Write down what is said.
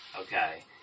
okay